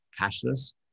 cashless